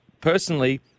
personally